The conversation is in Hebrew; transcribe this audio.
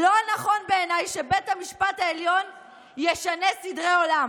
"לא נכון בעיניי שבית המשפט העליון ישנה סדרי עולם